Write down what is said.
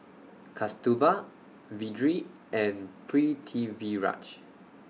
Kasturba Vedre and Pritiviraj